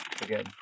again